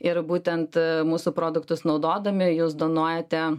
ir būtent mūsų produktus naudodami juos duonojate